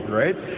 right